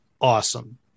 awesome